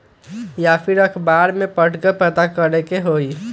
या फिर अखबार में पढ़कर के पता करे के होई?